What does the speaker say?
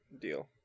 Deal